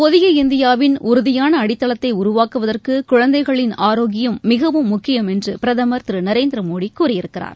புதிய இந்தியாவின் உறுதியான அடித்தளத்தை உருவாக்குவதற்கு குழந்தைகளின் ஆரோக்கியம் மிகவும் முக்கியம் என்று பிரதமர் திரு நரேந்திரமோடி கூறியிருக்கிறார்